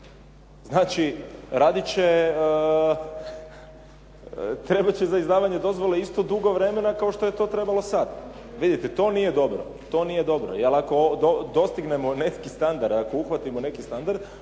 će, trebat će za izdavanje dozvole isto dugo vremena kao što je to trebalo sada. Vidite, to nije dobro jer ako dostignemo neki standard, ako uhvatimo neki standard